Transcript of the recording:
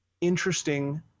interesting